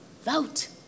Vote